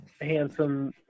handsome